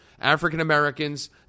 African-Americans